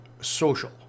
social